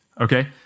okay